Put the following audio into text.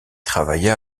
travailla